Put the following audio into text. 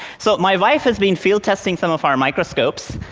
so my wife has been field testing some of our microscopes